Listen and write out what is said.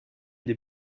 des